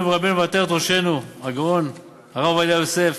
ורבנו ועטרת ראשנו הגאון הרב עובדיה יוסף,